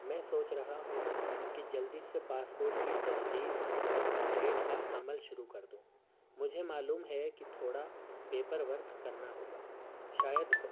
میں سوچ رہا ہوں کہ جلدی سے پاسپورٹ کی تجدید اور اپڈیٹ کا عمل شروع کر دووں مجھے معلوم ہے کہ تھوڑا پیپر ورک کرنا ہوگا شاید